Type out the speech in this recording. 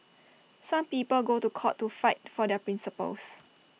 some people go to court to fight for their principles